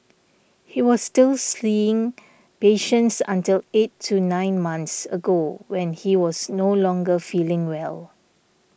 he was still seeing patients until eight to nine months ago when he was no longer feeling well